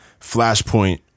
flashpoint